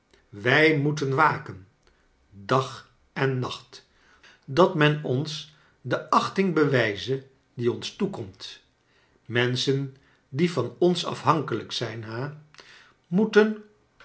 wrj moeten waken dag en nacht dat men ons de achting bewrjze die ons toekomt menschen die tan ons afhankelijk zijn ha moeten